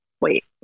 wait